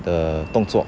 的动作